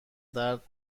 درد